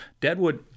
Deadwood